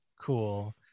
cool